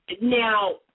Now